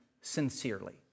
sincerely